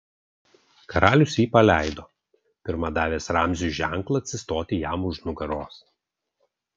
karalius jį paleido pirma davęs ramziui ženklą atsistoti jam už nugaros